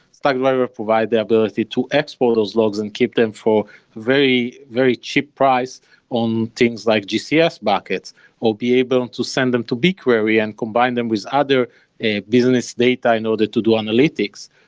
stackdriver provide the ability to export those logs and keep them for very, very cheap price on things like gcs buckets will be able to send them to bigquery and combine them with other a business data, in order to do analytics.